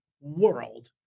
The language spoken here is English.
world